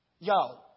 Yo